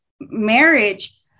marriage